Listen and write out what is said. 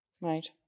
Right